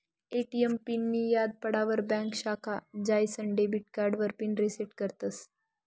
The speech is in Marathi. ए.टी.एम पिननीं याद पडावर ब्यांक शाखामा जाईसन डेबिट कार्डावर पिन रिसेट करतस